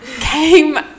came